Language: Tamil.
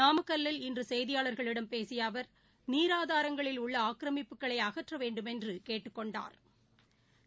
நாமக்கல்வில் இன்றுசெய்தியாளர்களிடம் பேசியஅவர் நீர் ஆதாரங்களில் உள்ள ஆக்கிரமிப்புகளை அகற்றவேண்டுமென்றுகேட்டுக் கொண்டாா்